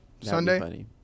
Sunday